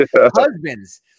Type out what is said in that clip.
husbands